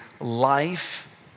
life